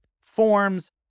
Forms